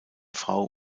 frau